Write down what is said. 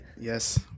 Yes